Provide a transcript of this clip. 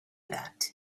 that